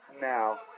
Now